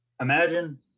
imagine